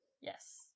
Yes